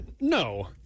No